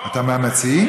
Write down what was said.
אתה מהמציעים?